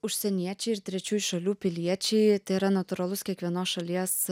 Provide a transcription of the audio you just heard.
užsieniečiai ir trečiųjų šalių piliečiai yra natūralus kiekvienos šalies